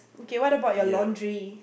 kay what about your laundry